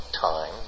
time